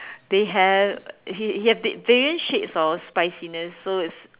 they have he he have they various shade of spiciness so it's